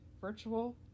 virtual